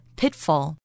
pitfall。